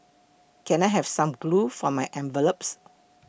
can I have some glue for my envelopes